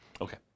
Okay